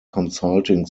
consulting